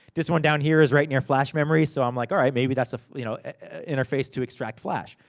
this one down here, is right in your flash memory. so, i'm like, alright, maybe that's a you know interface to extract flash.